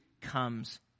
comes